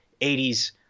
80s